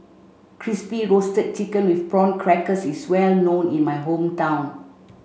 Crispy Roasted Chicken with Prawn Crackers is well known in my hometown